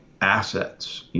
assets